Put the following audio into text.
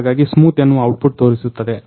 ಹಾಗಾಗಿ ಸ್ಮೂತ್ ಎನ್ನುವ ಔಟ್ಪುಟ್ ತೋರಿಸುತ್ತದೆ